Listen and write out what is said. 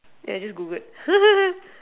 yeah just Googled